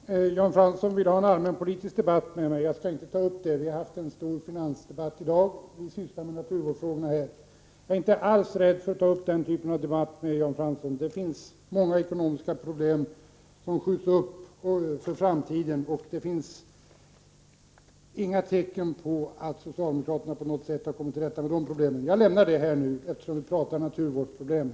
Herr talman! Jan Fransson ville ha en allmänpolitisk debatt med mig, men jag skall inte ta upp någon sådan. Vi har haft en stor finansdebatt tidigare i dag, och nu sysslar vi med naturvårdsfrågor. Jag är inte alls rädd för den typen av debatt med Jan Fransson. Det är många ekonomiska problem som skjuts på framtiden, och det finns inga tecken på att socialdemokraterna på något sätt har kommit till rätta med dem. Jag lämnar det ämnet nu, eftersom vi talar om naturvårdsproblem.